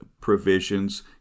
provisions